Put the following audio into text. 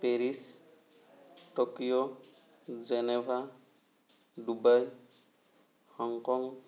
Paris Tokyo Geneva Dubai Hong Kong